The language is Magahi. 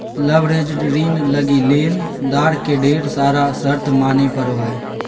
लवरेज्ड ऋण लगी लेनदार के ढेर सारा शर्त माने पड़ो हय